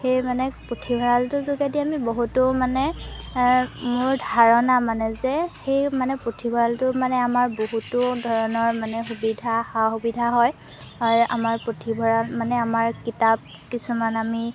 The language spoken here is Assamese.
সেই মানে পুথিভঁৰালটোৰ যোগেদি আমি বহুতো মানে মোৰ ধাৰণা মানে যে সেই মানে পুথিভঁৰালটো মানে আমাৰ বহুতো ধৰণৰ মানে সুবিধা সা সুবিধা হয় আমাৰ পুথিভঁৰাল মানে আমাৰ কিতাপ কিছুমান আমি